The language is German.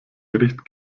gericht